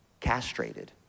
castrated